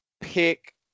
pick